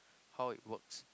how it works